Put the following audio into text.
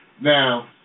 Now